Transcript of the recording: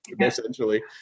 essentially